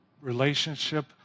relationship